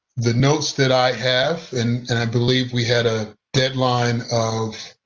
the notes that i have, and and i believe we had a deadline of